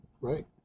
right